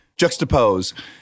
juxtapose